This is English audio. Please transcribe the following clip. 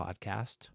podcast